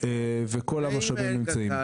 וכל המושבים נמצאים.